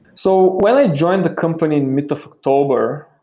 so when i joined the company in mid of october,